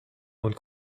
und